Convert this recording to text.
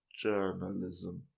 Journalism